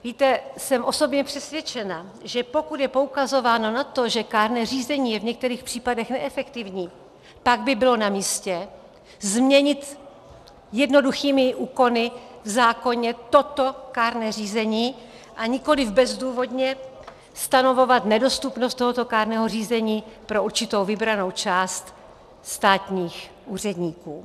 Víte, jsem osobně přesvědčena, že pokud je poukazováno na to, že kárné řízení je v některých případech neefektivní, tak by bylo namístě změnit jednoduchými úkony v zákoně toto kárné řízení a nikoliv bezdůvodně stanovovat nedostupnost tohoto kárného řízení pro určitou vybranou část státních úředníků.